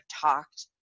talked